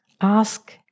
Ask